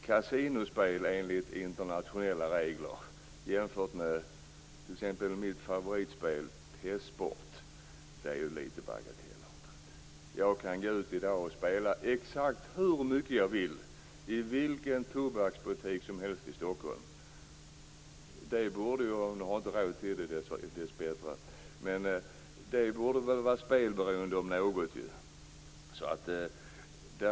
Kasinospel enligt internationella regler jämfört med t.ex. mitt favoritspel hästsport är litet bagatellartat. Jag kan i dag spela exakt hur mycket jag vill i vilken tobaksbutik som helst i Stockholm - nu har jag dessbättre inte råd till det. Det borde väl leda till spelberoende om något.